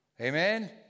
Amen